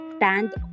Stand